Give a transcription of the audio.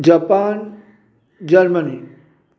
Japan Germany